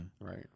Right